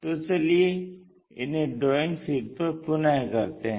तो चलिए इन्हे ड्राइंग शीट पर पुनः करते हैं